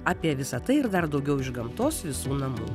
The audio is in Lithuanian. apie visa tai ir dar daugiau iš gamtos visų namų